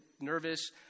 nervous